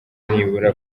nibura